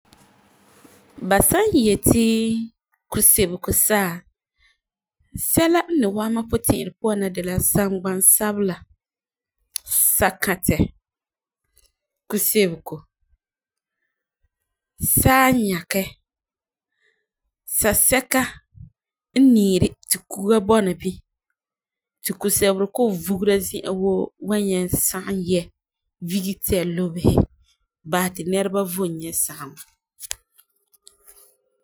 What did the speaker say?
Ba san yeti ti kusebeko saa, sɛla n ni wa'am mam puti'irɛ na de la sangbnsabela, sakãtɛ, kusebeko ,saa n nyakɛ, sasɛka n niiri ti kuga bɔna bini ti kusebeko kɔ'ɔm vugera zi'a woo wan nyaŋɛ sagum yɛa, vike tia lobe basɛ ti nɛreba vom nyɛ sageŋɔ